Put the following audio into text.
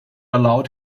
allowed